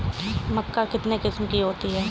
मक्का कितने किस्म की होती है?